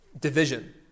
Division